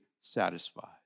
satisfied